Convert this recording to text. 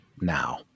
now